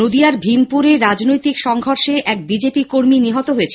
নদীয়ার ভীমপুরে রাজনৈতিক সংঘর্ষে এক বিজেপি কর্মী নিহত হয়েছেন